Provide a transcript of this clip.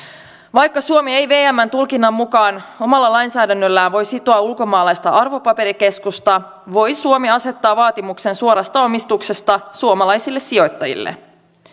vaikka suomi ei vmn tulkinnan mukaan omalla lainsäädännöllään voi sitoa ulkomaalaista arvopaperikeskusta voi suomi asettaa vaatimuksen suorasta omistuksesta suomalaisille sijoittajille